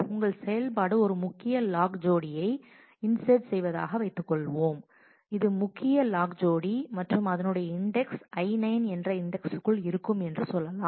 உங்கள் செயல்பாடு ஒரு முக்கிய லாக் ஜோடியைச் இன்சர்ட் செய்வதாக வைத்துக்கொள்வோம் இது முக்கிய லாக் ஜோடி மற்றும் அதனுடைய இன்டெக்ஸ் I9 என்ற இன்டெக்ஸ்க்குள் இருக்கும் என்று சொல்லலாம்